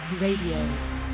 Radio